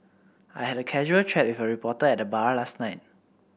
I had a casual chat with a reporter at the bar last night